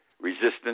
Resistance